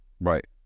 Right